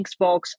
Xbox